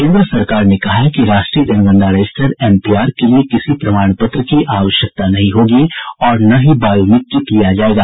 केन्द्र सरकार ने कहा कि राष्ट्रीय जनगणना रजिस्टर एन पी आर के लिए किसी प्रमाणपत्र की आवश्यकता नहीं होगी और न ही बायोमीट्रिक लिया जाएगा